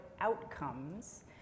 outcomes